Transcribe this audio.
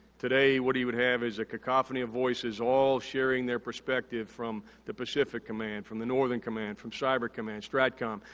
today what he would have is a cacophony of voices all sharing their perspective from the pacific command, from the northern command, from cyber command, stratcom,